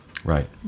Right